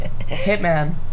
Hitman